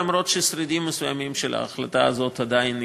למרות ששרידים מסוימים של ההחלטה הזאת עדיין אתנו,